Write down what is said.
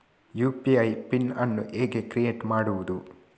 UPI PIN ಅನ್ನು ಹೇಗೆ create ಮಾಡುದು?